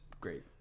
great